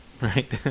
right